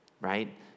Right